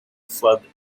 flood